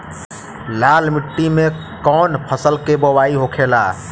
लाल मिट्टी में कौन फसल के बोवाई होखेला?